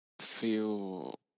feel